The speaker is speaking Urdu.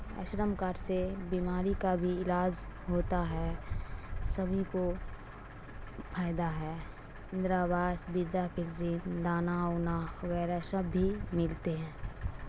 آشرم کارڈ سے بیماری کا بھی علاج ہوتا ہے سبھی کو فائدہ ہے اندرا آواس بدا پنسن دانا وانا وغیرہ سب بھی ملتے ہیں